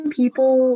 people